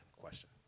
question